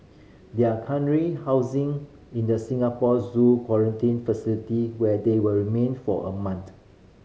they are currently housing in the Singapore Zoo quarantine facility where they will remain for a month